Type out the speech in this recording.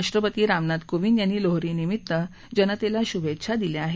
राष्ट्रपती रामनाथ कोविंद यांनी लोहरी निमित्त जनतेला शुभेच्छा दिल्या आहेत